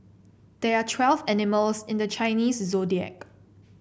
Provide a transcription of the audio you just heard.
there are twelve animals in the Chinese Zodiac